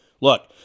Look